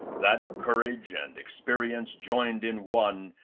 that, courage and experience joined in one,